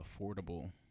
affordable